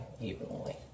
evenly